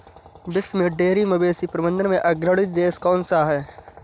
विश्व में डेयरी मवेशी प्रबंधन में अग्रणी देश कौन सा है?